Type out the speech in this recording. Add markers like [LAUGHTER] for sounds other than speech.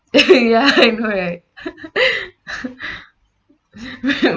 [LAUGHS] ya [LAUGHS] I know right [LAUGHS] [BREATH] [LAUGHS] [BREATH] [LAUGHS]